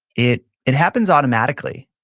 it it happens automatically,